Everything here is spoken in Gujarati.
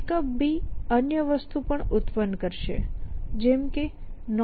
Pickup અન્ય વસ્તુ પણ ઉત્પન્ન કરશે જેમ કે ArmEmpty